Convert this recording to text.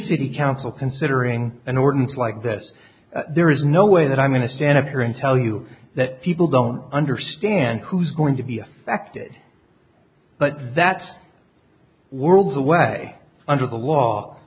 city council considering an ordinance like this there is no way that i'm going to stand up here and tell you that people don't understand who's going to be affected but that's worlds away under the wall